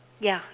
yeah